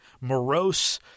morose